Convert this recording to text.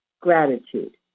gratitude